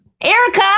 Erica